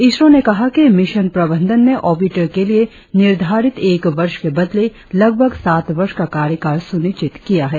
इसरो ने कहा कि मिशन प्रबंधन ने ऑर्बिटर के लिए निर्धारित एक वर्ष के बदले लगभग सात वर्ष का कार्यकाल सुनिश्चित किया है